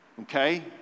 Okay